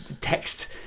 text